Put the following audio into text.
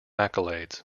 accolades